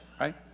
right